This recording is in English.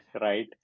right